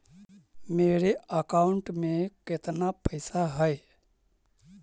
मेरे अकाउंट में केतना पैसा है?